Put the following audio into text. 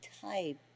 type